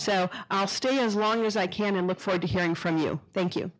so i'll stay here as long as i can and look forward to hearing from you thank you